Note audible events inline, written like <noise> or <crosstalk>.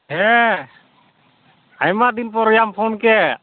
<unintelligible> ᱦᱮᱸ ᱟᱭᱢᱟ ᱫᱤᱱ ᱯᱚᱨᱭᱟᱢ ᱯᱷᱳᱱ ᱠᱮᱫ